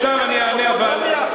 עכשיו אני אענה, אבל, אוטונומיה?